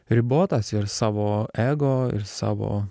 ribotas ir savo ego ir savo